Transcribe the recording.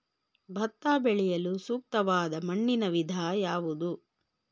ಭತ್ತ ಬೆಳೆಯಲು ಸೂಕ್ತವಾದ ಮಣ್ಣಿನ ವಿಧ ಯಾವುದು?